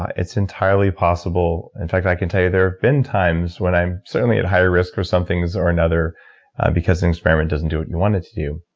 it's entirely possible. in fact, i can tell you there have been times when i'm certainly at higher risk for some things or another because the experiment doesn't do what you want it to do.